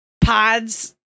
pods